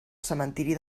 cementiri